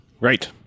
Right